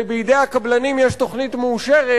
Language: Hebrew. ובידי הקבלנים יש תוכנית מאושרת,